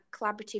collaborative